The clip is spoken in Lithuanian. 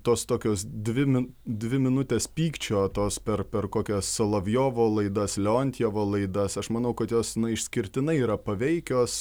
tos tokios dvi mi dvi minutės pykčio tos per per kokias solovjovo laidas leontjevo laidas aš manau kad jos išskirtinai yra paveikios